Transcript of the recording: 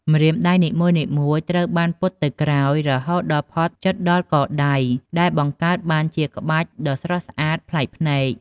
ម្រាមដៃនីមួយៗត្រូវបានពត់ទៅក្រោយរហូតដល់ផុតជិតដល់កដៃ ដែលបង្កើតបានជាក្បាច់ដ៏ស្រស់ស្អាតប្លែកភ្នែក។